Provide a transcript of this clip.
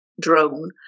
drone